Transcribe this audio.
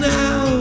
now